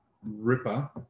Ripper